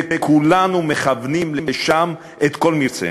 וכולנו מכוונים לשם את כל מרצנו.